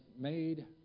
made